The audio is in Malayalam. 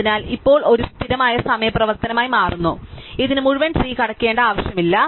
അതിനാൽ ഇത് ഇപ്പോൾ ഒരു സ്ഥിരമായ സമയ പ്രവർത്തനമായി മാറുന്നു ഇതിന് മുഴുവൻ ട്രീസ് കടക്കേണ്ട ആവശ്യമില്ല